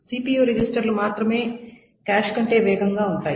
CPU register లు మాత్రమే cache కంటే వేగంగా ఉంటాయి